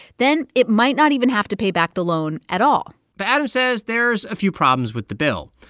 then it might not even have to pay back the loan at all but adam says there's a few problems with the bill.